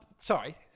sorry